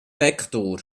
vektor